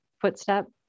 footstep